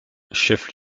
chef